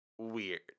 Weird